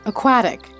Aquatic